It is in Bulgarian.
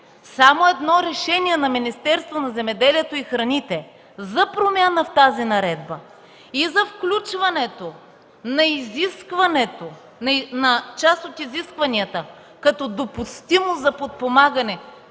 само едно решение на Министерството на земеделието и храните за промяна в тази наредба и за включването на част от изискванията, като допустимо за подпомагане